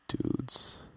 dudes